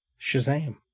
Shazam